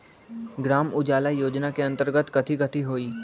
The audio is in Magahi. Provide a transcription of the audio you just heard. ग्राम उजाला योजना के अंतर्गत कथी कथी होई?